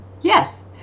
yes